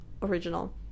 original